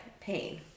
pain